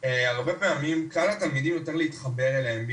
הרבה פעמים קל לתלמידים יותר להתחבר אליהם,